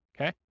okay